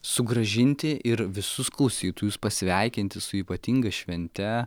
sugrąžinti ir visus klausytojus pasveikinti su ypatinga švente